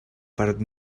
part